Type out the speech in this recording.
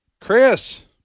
Chris